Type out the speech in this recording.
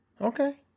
Okay